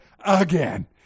again